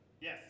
Yes